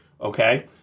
okay